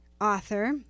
author